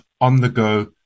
on-the-go